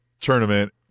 tournament